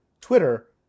Twitter